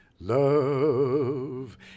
Love